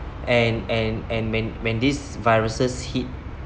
and and and when when these viruses hit